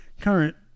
current